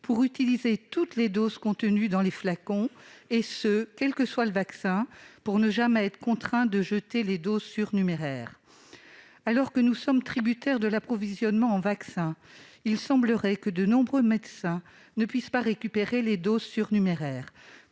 pour utiliser toutes les doses contenues dans les flacons, quel que soit le vaccin, afin de ne jamais être contraint de jeter les doses surnuméraires. Alors même que nous sommes tributaires des approvisionnements en vaccins, de nombreux médecins semblent ne pas pouvoir récupérer les doses surnuméraires.